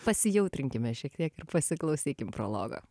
pasijautrinkime šiek tiek ir pasiklausykim prologo